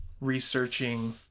researching